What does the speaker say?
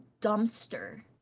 dumpster